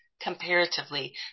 comparatively